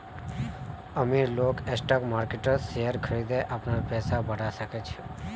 अमीर लोग स्टॉक मार्किटत शेयर खरिदे अपनार पैसा बढ़ा छेक